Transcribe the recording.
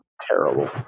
Terrible